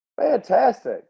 Fantastic